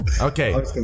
Okay